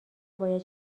باید